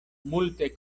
multe